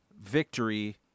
victory